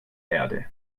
erde